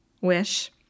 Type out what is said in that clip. wish